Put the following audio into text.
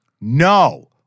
no